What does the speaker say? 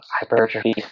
hypertrophy